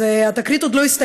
אז התקרית עוד לא הסתיימה,